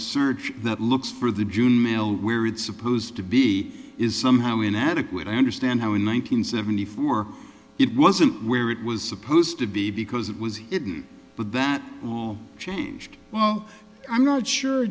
search that looks for the june mail where it's supposed to be is somehow inadequate i understand how in one nine hundred seventy four it wasn't where it was supposed to be because it was hidden but that changed i'm not sure